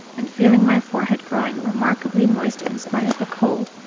and feeling my forehead growing remarkably moist in spite of the cold,